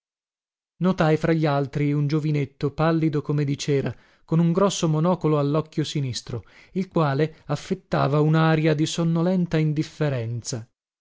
notai fra gli altri un giovinetto pallido come di cera con un grosso monocolo allocchio sinistro il quale affettava unaria di sonnolenta indifferenza